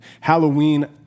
Halloween